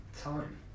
time